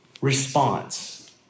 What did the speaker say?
response